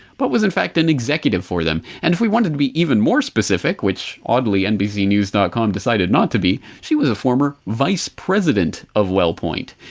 but was, in fact, an executive for them. and if we wanted to be even more specific, which, oddly nbcnews dot com decided not to be, she was a former vice-president of wellpoint.